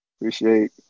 Appreciate